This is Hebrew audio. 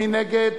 מי נגד?